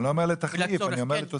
אני לא אומר תחליף, אני אומר תוספת.